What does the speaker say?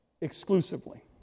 exclusively